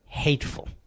hateful